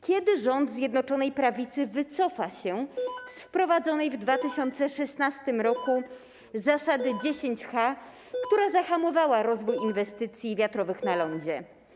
Kiedy rząd Zjednoczonej Prawicy wycofa się z wprowadzonej w 2016 r. zasady 10 H, która zahamowała rozwój inwestycji wiatrowych na lądzie?